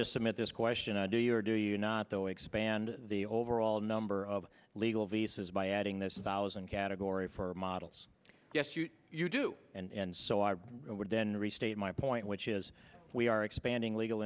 just submit this question do you or do you not though expand the overall number of legal visas by adding this thousand category for models yes you do and so i would then restate my point which is we are expanding legal